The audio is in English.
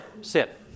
sit